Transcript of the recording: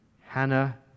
Hannah